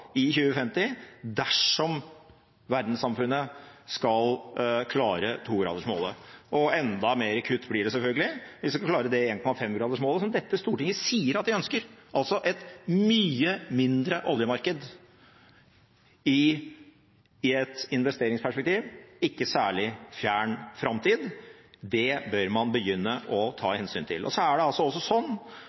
innen 2050 dersom verdenssamfunnet skal klare togradersmålet. Enda mer kutt blir det selvfølgelig hvis vi skal klare det 1,5-gradersmålet som dette stortinget sier at de ønsker, altså et mye mindre oljemarked – i et investeringsperspektiv i en ikke særlig fjern framtid. Det bør man begynne å ta hensyn til. Mens man snakker mye om internasjonale CO 2 -priser og internasjonale avtaler og det riktignok er